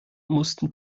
mussten